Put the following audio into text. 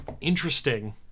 interesting